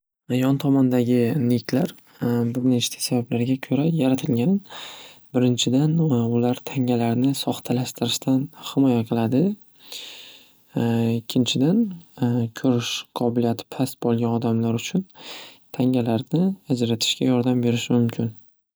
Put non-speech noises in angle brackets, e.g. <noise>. Yon tomondagi niklar <hesitation> bir nechta sabablarga ko'ra yaratilgan. Birinchidan <hesitation> ular tangalarni soxtalashtiridan himoya qiladi. <hesitation> Ikkinchidan <hesitation> ko'rish qobiliyati past bo'lgan odamlar uchun tangalarni ajratishga yordam berishi mumkin.